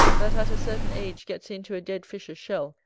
that at a certain age gets into a dead fish's shell,